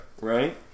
right